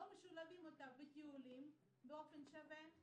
לא משלבים אותה בטיולים באופן שווה,